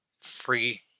Free